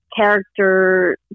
character